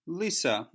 lisa